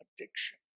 Addiction